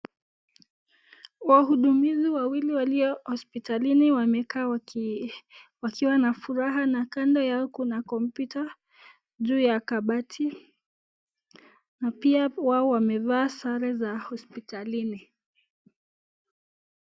Wahudumizi wawili walio hosipitalini, wamekaa wakiwa na furaha na kando yao kuna kompyuta juu ya kabati. Na pia wao wamevaa sare za hosipitalini.